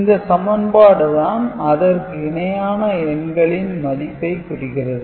இந்த சமன்பாடு தான் அதற்கு இணையான எண்களின் மதிப்பை குறிக்கிறது